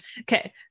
Okay